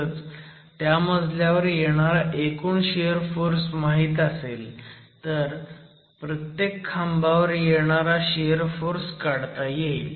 तसंच त्या मजल्यावर येणारा एकूण शियर फोर्स माहीत असेल तर प्रत्येक खांबावर येणारा शियर फोर्स काढता येईल